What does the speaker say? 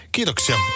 Kiitoksia